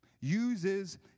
uses